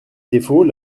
défaut